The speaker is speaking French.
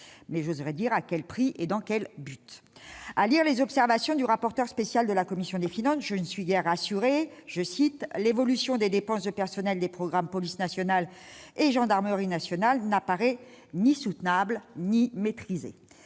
d'augmenter, mais à quel prix et dans quel but ? À lire les observations du rapporteur spécial de la commission des finances, je ne suis guère rassurée :« l'évolution des dépenses de personnel des programmes " Police nationale " et " Gendarmerie nationale " n'apparaît ni soutenable ni maîtrisée ».